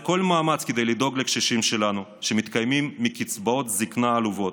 אעשה כל מאמץ כדי לדאוג לקשישים שלנו שמתקיימים מקצבאות זקנה עלובות,